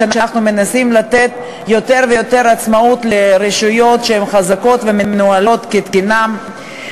כשאנחנו מנסים לתת יותר ויותר עצמאות לרשויות שהן חזקות ומנוהלות כתקנן.